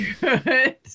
Good